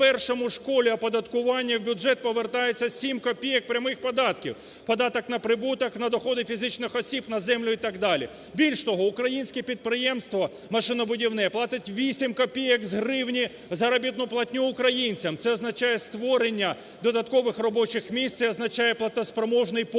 на першому колі оподаткування у бюджет повертається сім копійок прямих податків: податок на прибуток, на доходи фізичних осіб, на землю і так далі. Більше того, українське підприємство машинобудівне платить вісім копійок з гривні заробітну платню українцям, це означає створення робочих місць, це означає платоспроможний попит,